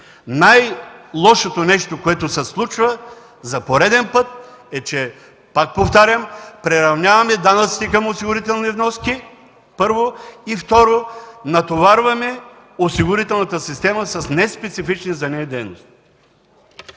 Най-лошото нещо, което се случва за пореден път, е, че, пак повтарям, приравняваме данъците към осигурителни вноски, първо, и второ – натоварваме осигурителната система с неспецифични за нея дейности.